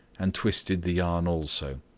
and twisted the yarn also.